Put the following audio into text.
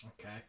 Okay